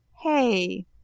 hey